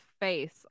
face